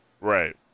Right